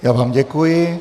Já vám děkuji.